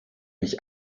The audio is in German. mich